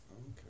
Okay